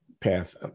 path